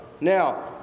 Now